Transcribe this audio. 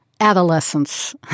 Adolescence